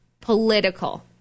political